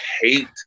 hate